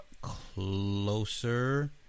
closer